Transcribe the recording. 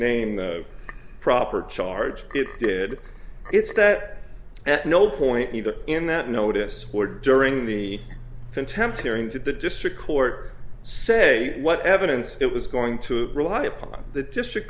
name the proper charge it did it's that at no point either in that notice or during the contempt hearing to the district court say what evidence it was going to rely upon the district